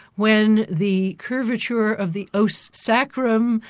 when the curvature of the os sacrum,